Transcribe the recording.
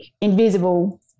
invisible